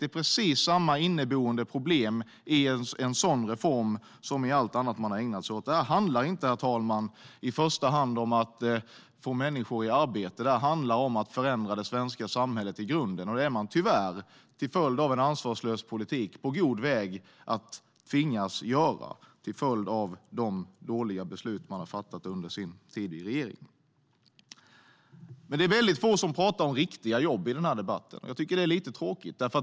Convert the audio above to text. Det är precis samma inneboende problem i en sådan reform som i allt annat man har ägnat sig åt. Herr talman! Det här handlar inte i första hand om att få människor i arbete. Det handlar om att förändra det svenska samhället i grunden. Och det är man tyvärr, till följd av en ansvarslös politik och de dåliga beslut man fattade under sin tid i regeringen, på god väg att tvingas göra. Det är väldigt få som pratar om riktiga jobb i den här debatten, vilket jag tycker är lite tråkigt.